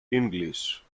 english